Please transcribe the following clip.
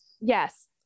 Yes